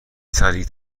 سریع